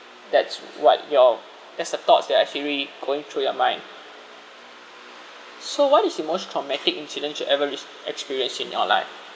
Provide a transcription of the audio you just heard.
that's what your that's the thoughts that are actually going through your mind so what is the most traumatic incidents you ever res~ experienced in your life